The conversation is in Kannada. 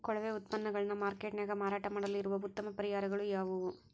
ಕೊಳೆವ ಉತ್ಪನ್ನಗಳನ್ನ ಮಾರ್ಕೇಟ್ ನ್ಯಾಗ ಮಾರಾಟ ಮಾಡಲು ಇರುವ ಉತ್ತಮ ಪರಿಹಾರಗಳು ಯಾವವು?